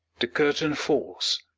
the curtain falls.